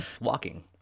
walking